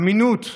אמינות: